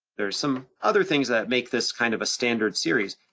there's some other things that make this kind of a standard series.